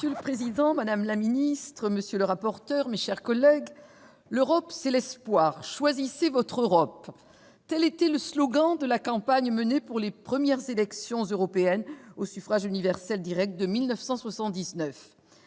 Monsieur le président, madame la ministre, mes chers collègues, « L'Europe, c'est l'espoir. Choisissez votre Europe »: tel était le slogan de la campagne pour les premières élections européennes au suffrage universel direct en 1979.